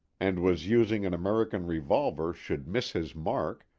and was using an american revolver should miss his mark,